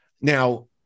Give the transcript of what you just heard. Now